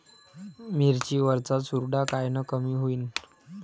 मिरची वरचा चुरडा कायनं कमी होईन?